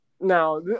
Now